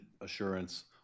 assurance